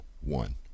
one